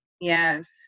Yes